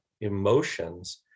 emotions